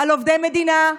על עובדי מדינה,